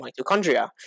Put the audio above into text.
mitochondria